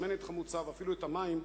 שמנת חמוצה ואפילו את המים,